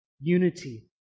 Unity